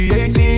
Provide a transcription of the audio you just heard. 18